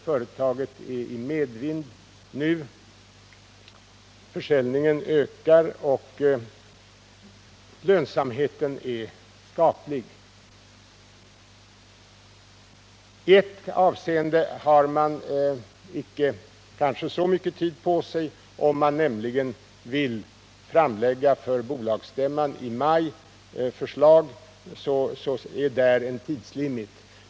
Företaget seglar i medvind nu: försäljningen ökar och lönsamheten är skaplig. I ett avseende har man kanske icke så mycket tid på sig. Om man nämligen vill framlägga förslag inför bolagsstämman i maj, är där en tidslimit.